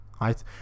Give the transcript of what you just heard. right